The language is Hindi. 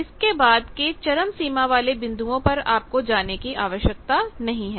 इसके बादके चरम सीमा वाले बिंदुओं पर आपको जाने की आवश्यकता नहीं है